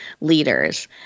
leaders